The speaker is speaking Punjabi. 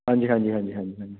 ਹਾਂਜੀ ਹਾਂਜੀ ਹਾਂਜੀ ਹਾਂਜੀ ਹਾਂਜੀ